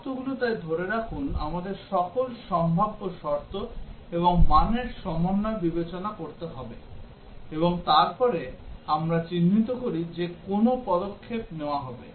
শর্তগুলো তাই ধরে রাখুন আমাদের সকল সম্ভাব্য শর্ত এবং মানের সমন্বয় বিবেচনা করতে হবে এবং তারপরে আমরা চিহ্নিত করি যে কোন পদক্ষেপ নেওয়া হবে